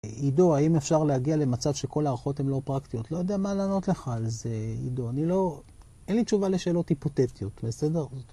עידו, האם אפשר להגיע למצב שכל ההערכות הן לא פרקטיות? לא יודע מה לענות לך על זה עידו, אני לא... אין לי תשובה לשאלות היפותטיות, בסדר?